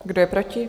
Kdo je proti?